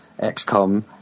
XCOM